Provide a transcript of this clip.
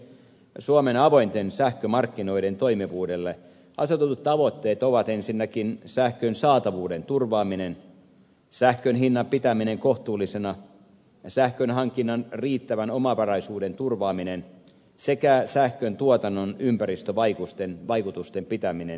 suomen avointen sähkömarkkinoiden toimivuudelle asetetut tavoitteet ovat ensinnäkin sähkön saatavuuden turvaaminen sähkön hinnan pitäminen kohtuullisena ja sähkön hankinnan riittävän omavaraisuuden turvaaminen sekä sähköntuotannon ympäristövaikutusten pitäminen hyväksyttävinä